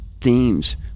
themes